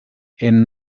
and